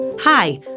Hi